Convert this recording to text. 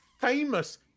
famous